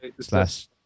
Slash